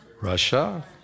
Russia